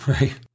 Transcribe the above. Right